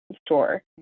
store